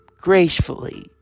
gracefully